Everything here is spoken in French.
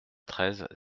treize